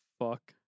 fuck